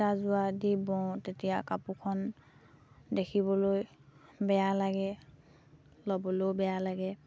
তাৰ যোৰা দি বওঁ তেতিয়া কাপোৰখন দেখিবলৈ বেয়া লাগে ল'বলৈও বেয়া লাগে